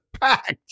packed